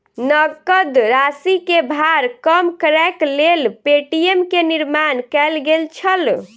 नकद राशि के भार कम करैक लेल पे.टी.एम के निर्माण कयल गेल छल